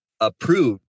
approved